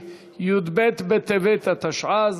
ותועבר לוועדת החוקה,